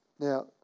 Now